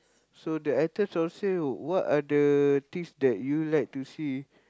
so the items on sale what are the things that you like to see